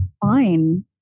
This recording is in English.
fine